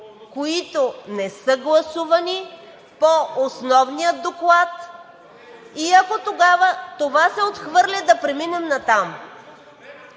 които не са гласувани по основния доклад и ако тогава това се отхвърли, да преминем натам.